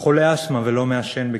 הוא חולה אסתמה, ולא מעשן בגילו.